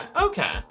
okay